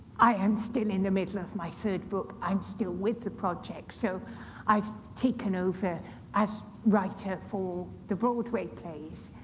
i am still in the middle of my third book. i'm still with the project, so i've taken over as writer for the broadway plays,